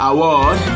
Award